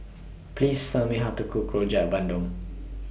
Please Tell Me How to Cook Rojak Bandung